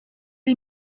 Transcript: ari